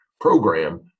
program